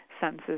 senses